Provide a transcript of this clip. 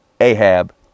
Ahab